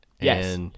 yes